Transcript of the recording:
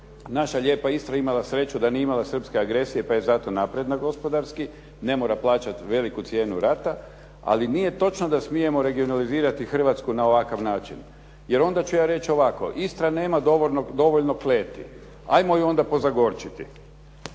naša lijepa Istra je imala sreću da nije imala srpske agresija pa je zato napredna gospodarski, ne mora plaćati veliku cijenu rata ali nije točno da smijemo regionalizirati Hrvatsku na ovakav način. Jer onda ću ja reći ovako Istra nema dovoljno kleti, ajmo ju onda pozagorčiti.